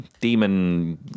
demon